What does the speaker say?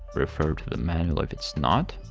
refer to the manual if it's not.